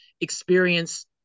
experience